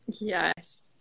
yes